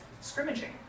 scrimmaging